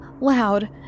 loud